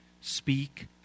speak